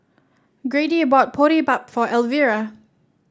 Grady bought Boribap for Elvira